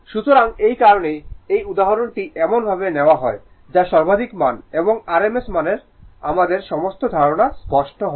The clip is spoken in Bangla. সুতরাং এই কারণেই এই উদাহরণটি এমন ভাবে নেওয়া হয় যে সর্বাধিক মান এবং rms মানের আমাদের সমস্ত ধারণাটি স্পষ্ট হবে